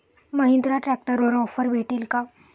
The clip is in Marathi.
महिंद्रा ट्रॅक्टरवर ऑफर भेटेल का?